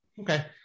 Okay